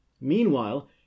meanwhile